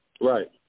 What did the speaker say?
right